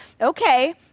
okay